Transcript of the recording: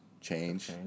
change